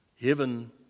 heaven